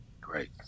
Great